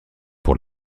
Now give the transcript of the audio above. pour